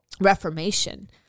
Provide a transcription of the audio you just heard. Reformation